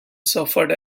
suffered